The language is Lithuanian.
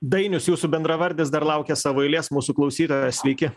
dainius jūsų bendravardis dar laukia savo eilės mūsų klausytojas sveiki